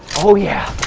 oh, yeah.